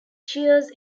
cheers